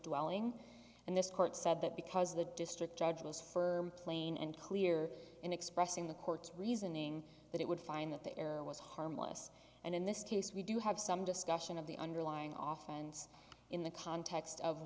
dwelling and this court said that because the district judge was for plain and clear in expressing the court's reasoning that it would find that the error was harmless and in this case we do have some discussion of the underlying oftens in the context of